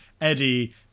Eddie